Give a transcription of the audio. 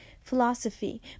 philosophy